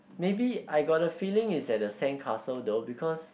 maybe I got a feeling is at the sandcastle though because